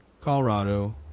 Colorado